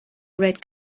red